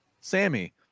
sammy